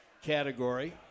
category